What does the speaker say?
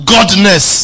Godness